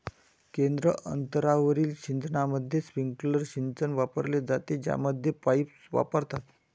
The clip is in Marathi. केंद्र अंतरावरील सिंचनामध्ये, स्प्रिंकलर सिंचन वापरले जाते, ज्यामध्ये पाईप्स वापरतात